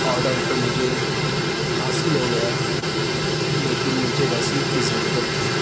order تو مجھے حاصل ہو گیا لیکن مجھے رسید کی ضرورت تھی